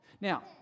Now